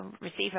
receive